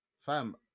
Fam